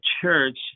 church